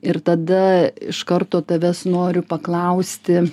ir tada iš karto tavęs noriu paklausti